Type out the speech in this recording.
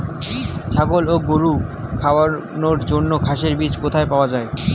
ছাগল ও গরু খাওয়ানোর জন্য ঘাসের বীজ কোথায় পাওয়া যায়?